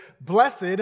blessed